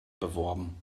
beworben